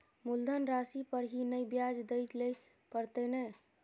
मुलधन राशि पर ही नै ब्याज दै लै परतें ने?